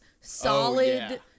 solid